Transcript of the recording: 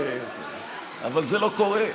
אבל זה לא קורה.